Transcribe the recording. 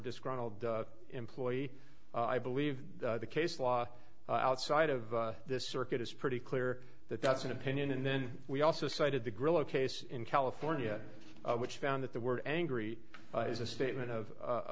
disgruntled employee i believe the case law outside of this circuit is pretty clear that that's an opinion and then we also cited the grillo case in california which found that the word angry is a statement of